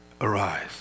arise